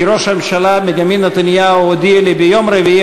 כי ראש הממשלה בנימין נתניהו הודיע לי ביום רביעי